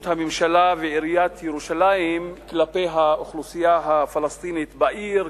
הממשלה ועיריית ירושלים כלפי האוכלוסייה הפלסטינית בעיר,